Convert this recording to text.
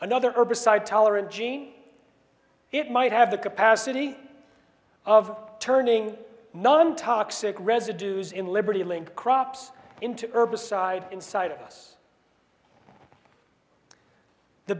another herbicide tolerant gene it might have the capacity of turning non toxic residues in liberty link crops into herbicides inside